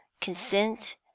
consent